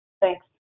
Thanks